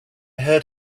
heard